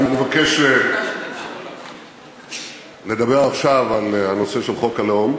אני מבקש לדבר עכשיו על הנושא של חוק הלאום,